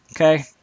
Okay